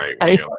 right